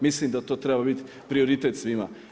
Mislim da to treba biti prioritet svima.